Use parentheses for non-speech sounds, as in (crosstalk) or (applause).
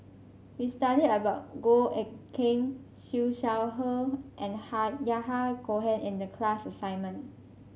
we studied about Goh Eck Kheng Siew Shaw Her and (unintelligible) Yahya Cohen in the class assignment